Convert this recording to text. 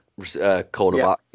cornerback